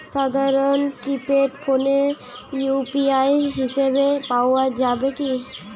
সাধারণ কিপেড ফোনে ইউ.পি.আই পরিসেবা পাওয়া যাবে কিনা?